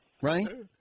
right